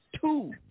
two